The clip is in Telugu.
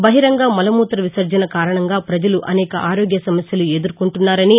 బహిరంగ మలమూత విసర్జన కారణంగా పజలు అనేక ఆరోగ్య సమస్యలు ఎదుర్కొంటున్నారని